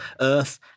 Earth